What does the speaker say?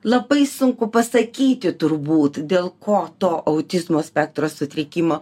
labai sunku pasakyti turbūt dėl ko to autizmo spektro sutrikimo